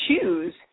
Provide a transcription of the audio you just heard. choose